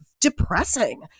depressing